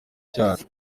cyacu